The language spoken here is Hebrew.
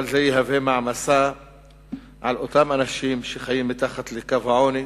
אבל זה יהווה מעמסה על אותם אנשים שחיים מתחת לקו העוני,